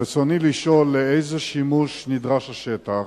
רצוני לשאול: 1. לאיזה שימוש נדרש השטח?